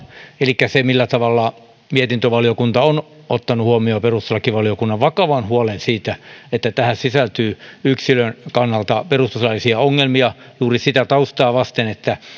elikkä se millä tavalla mietintövaliokunta on ottanut huomioon perustuslakivaliokunnan vakavan huolen siitä että tähän sisältyy yksilön kannalta perustuslaillisia ongelmia juuri sitä taustaa vasten että